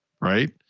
right